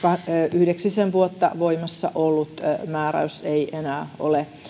yhdeksisen vuotta voimassa ollut määräys ei enää ole